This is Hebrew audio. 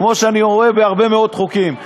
כמו שאני רואה בהרבה מאוד חוקים.